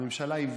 הממשלה הבטיחה,